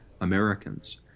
Americans